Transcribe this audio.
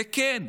כן,